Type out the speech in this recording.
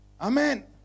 Amen